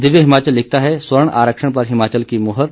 दिव्य हिमाचल लिखता है स्वर्ण आरक्षण पर हिमाचल की मुहर